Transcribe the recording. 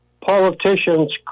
politicians